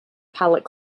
palate